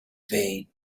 vain